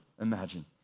imagine